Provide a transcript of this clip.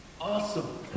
awesome